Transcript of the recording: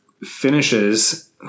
finishes